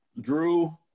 Drew